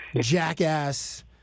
jackass